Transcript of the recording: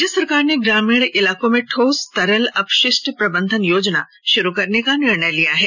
राज्य सरकार ने ग्रामीण इलाकों में ठोस तरल अपशिष्ट प्रबंधन योजना शुरू करने का निर्णय लिया है